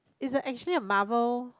it's a actually Marvel